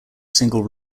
single